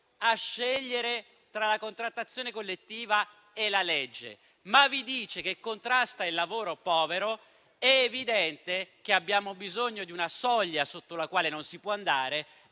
a scegliere tra la contrattazione collettiva e la legge, ma vi dice che contrasta il lavoro povero, è evidente che abbiamo bisogno di una soglia sotto la quale non si può andare.